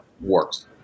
works